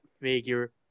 figure